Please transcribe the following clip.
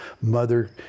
mother